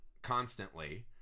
constantly